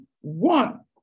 one